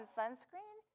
sunscreen